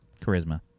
Charisma